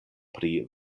pri